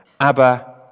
Abba